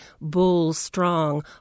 bull-strong